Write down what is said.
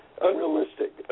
unrealistic